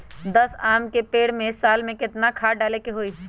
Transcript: दस आम के पेड़ में साल में केतना खाद्य डाले के होई?